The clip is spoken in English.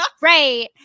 right